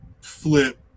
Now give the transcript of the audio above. flip